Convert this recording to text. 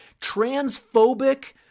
transphobic